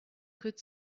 could